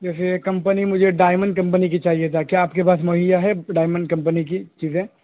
جیسے کہ کمپنی مجھے ڈائمن کمپنی کی چاہیے تھا کیا آپ کے پاس مہیا ہے ڈائمنڈ کمپنی کی چیزیں